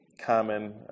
common